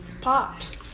Pops